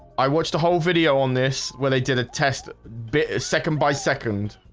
i watched the whole video on this where they did a test bit a second-by-second.